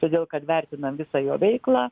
todėl kad vertinam visą jo veiklą